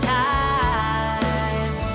time